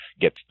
get